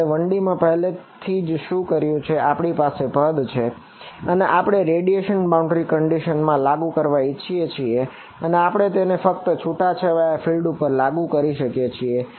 આપણે 1D માં પહેલાથીજ શું કર્યું છે કે આપણી પાસે પદ છે અને આપણે રેડિએશન બાઉન્ડ્રી કન્ડિશન ઉપર લાગુ કરી શકીએ છીએ